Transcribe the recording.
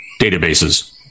databases